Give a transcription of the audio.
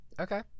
Okay